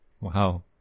Wow